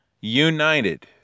united